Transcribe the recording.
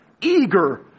Eager